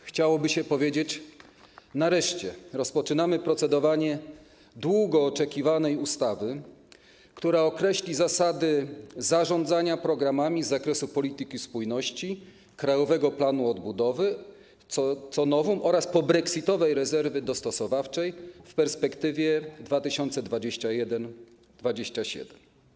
Chciałoby się powiedzieć: nareszcie, rozpoczynamy procedowanie nad długo oczekiwaną ustawą, która określi zasady zarządzania programami z zakresu polityki spójności, Krajowego Planu Odbudowy, to novum, oraz pobrexitowej rezerwy dostosowawczej w perspektywie 2021-2027.